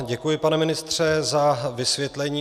Děkuji vám, pane ministře, za vysvětlení.